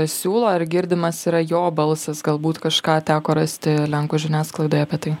siūlo ar girdimas yra jo balsas galbūt kažką teko rasti lenkų žiniasklaidoj apie tai